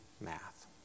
math